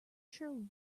sure